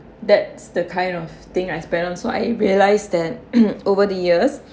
that's the kind of thing I spend on so I realize that mm over the years